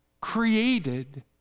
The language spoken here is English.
created